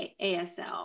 ASL